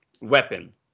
weapon